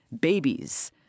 babies